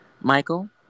Michael